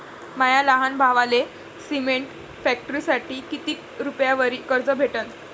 माया लहान भावाले सिमेंट फॅक्टरीसाठी कितीक रुपयावरी कर्ज भेटनं?